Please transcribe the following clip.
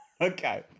Okay